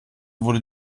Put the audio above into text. wurde